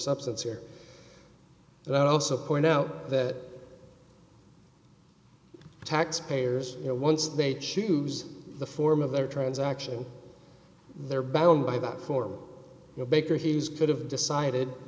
substance here that also point out that taxpayers you know once they choose the form of their transaction they're bound by that for the baker he's got have decided